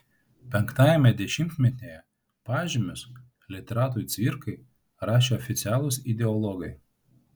penktajame dešimtmetyje pažymius literatui cvirkai rašė oficialūs ideologai